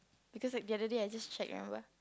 because like the other day I just check remember